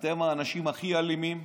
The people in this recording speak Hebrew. אתם האנשים הכי אלימים,